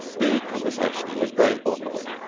the conversation was growing awkward.